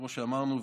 כמו שאמרנו,